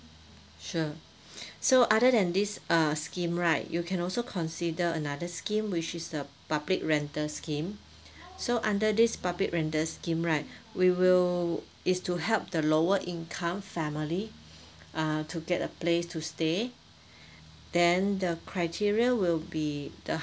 sure so other than this uh scheme right you can also consider another scheme which is the public rental scheme so under this public rental scheme right we will is to help the lower income family err to get a place to stay then the criteria will be the